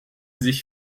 sich